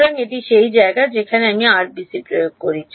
সুতরাং এটি সেই জায়গা যেখানে আমি আরবিসি প্রয়োগ করি